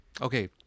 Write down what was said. Okay